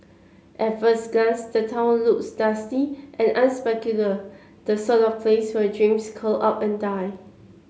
at first glance the town looks dusty and unspectacular the sort of place where dreams curl up and die